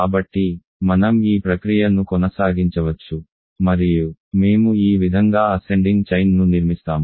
కాబట్టి మనం ఈ ప్రక్రియ ను కొనసాగించవచ్చు మరియు మేము ఈ విధంగా అసెండింగ్ చైన్ ను నిర్మిస్తాము